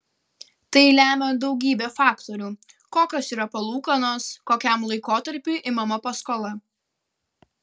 tai lemia daugybė faktorių kokios yra palūkanos kokiam laikotarpiui imama paskola